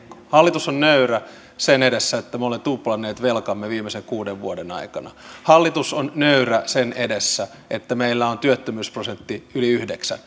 hallitus on nöyrä sen edessä että me olemme tuplanneet velkamme viimeisen kuuden vuoden aikana hallitus on nöyrä sen edessä että meillä on työttömyysprosentti yli yhdeksän